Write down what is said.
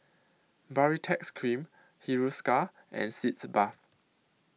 Baritex Cream Hiruscar and Sitz Bath